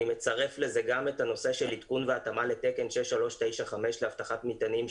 אני מצרף לזה גם את הנושא של עדכון והתאמה לתקן 6395 לאבטחת מטענים,